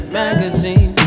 magazine